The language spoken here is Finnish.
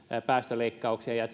päästöleikkauksiin ja ja